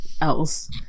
else